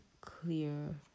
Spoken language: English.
clear